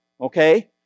okay